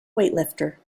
weightlifter